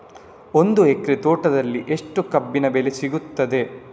ಒಂದು ಎಕರೆ ತೋಟದಲ್ಲಿ ಎಷ್ಟು ಕಬ್ಬಿನ ಬೆಳೆ ಸಿಗುತ್ತದೆ?